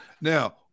Now